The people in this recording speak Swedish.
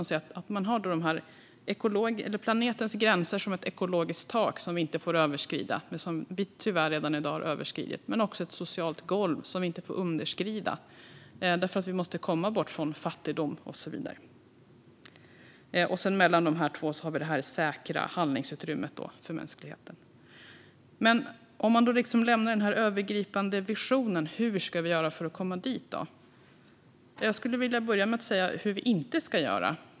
Hon säger att man har planetens gränser som ett ekologiskt tak som vi inte får överskrida men som vi tyvärr redan i dag har överskridit. Men det finns också ett socialt golv som vi inte får underskrida därför att vi måste komma bort från fattigdom och så vidare. Mellan de två har vi det säkra handlingsutrymmet för mänskligheten. Om vi lämnar den övergripande visionen, hur ska vi då göra för att komma dit? Jag vill börja med att säga hur vi inte ska göra.